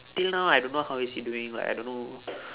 till now I don't know how is he doing like I don't know